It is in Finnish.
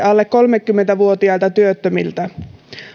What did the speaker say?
alle kolmekymmentä vuotiailta työttömiltä